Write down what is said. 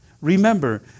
remember